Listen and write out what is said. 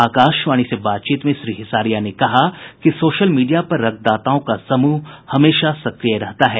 आकाशवाणी से बातचीत में श्री हिसारिया ने कहा कि सोशल मीडिया पर रक्तदाताओं का समूह हमेशा सक्रिय रहता है